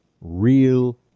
real